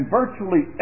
virtually